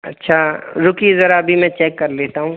अच्छा रुकिए ज़रा अभी मैं चेक कर लेता हूँ